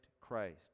Christ